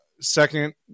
Second